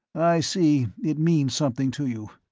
i see it means something to you.